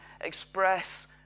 express